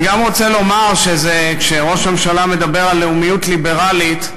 אני גם רוצה לומר שכשראש הממשלה מדבר על לאומיות ליברלית,